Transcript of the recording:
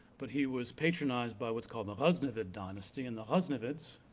but he was patronized by what's called the ghaznavid dynasty, and the ghaznavids